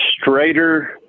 straighter